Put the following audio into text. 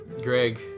Greg